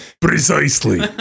Precisely